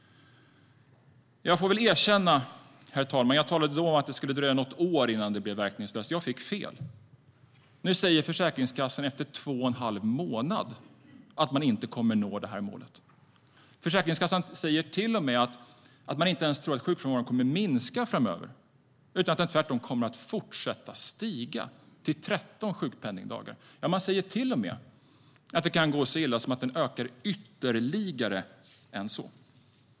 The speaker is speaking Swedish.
Jag får väl erkänna, herr talman, att jag då talade om att det skulle dröja något år innan det blev verkningslöst. Jag fick fel. Nu säger Försäkringskassan efter två och en halv månad att man inte kommer att nå målet. Försäkringskassan säger till och med att man inte ens tror att sjukfrånvaron kommer att minska framöver utan att den tvärtom kommer att fortsätta stiga till 13 sjukpenningdagar. Man säger till och med att det kan gå så illa att den stiger ännu mer än så.